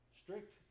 strict